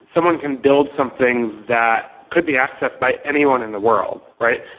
someone can build something that could be accessed by anyone in the world, right?